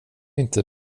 inte